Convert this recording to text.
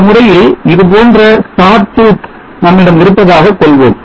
இந்த முறையில் இதுபோன்ற saw tooth நம்மிடம் இருப்பதாகக் கொள்வோம்